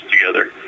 together